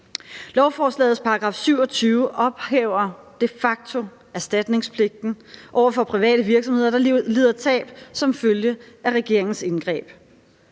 Lovforslagets § 27 ophæver de facto erstatningspligten over for private virksomheder, der lider tab som følge af regeringens indgreb,